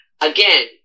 Again